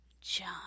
John